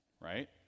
Right